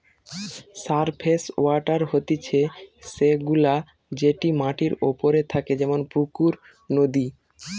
surface water হতিছে সে গুলা যেটি মাটির ওপরে থাকে যেমন পুকুর, নদী